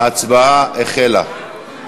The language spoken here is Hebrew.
ההצבעה החלה.